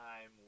time